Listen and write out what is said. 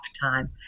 time